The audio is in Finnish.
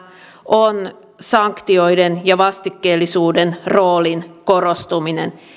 on sanktioiden ja vastikkeellisuuden roolin korostuminen